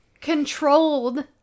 controlled